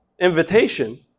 invitation